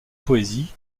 poésie